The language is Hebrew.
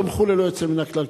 כולם תמכו ללא יוצא מן הכלל,